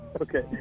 okay